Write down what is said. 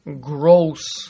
gross